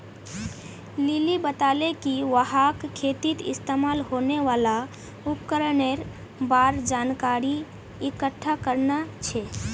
lily बताले कि वहाक खेतीत इस्तमाल होने वाल उपकरनेर बार जानकारी इकट्ठा करना छ